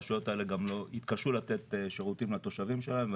הרשויות האלה יתקשו לתת שירותים לתושבים שלהן.